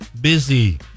busy